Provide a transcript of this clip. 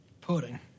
Pudding